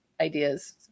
ideas